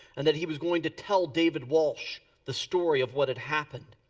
and that he was going to tell david walsh the story of what had happened.